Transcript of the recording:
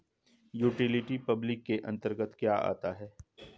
Utility public के अंतर्गत क्या आता है?